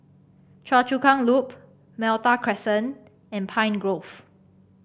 Choa Chu Kang Loop Malta Crescent and Pine Grove